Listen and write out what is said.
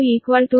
10 p